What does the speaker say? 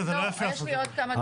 לא, יש לי עוד כמה דברים.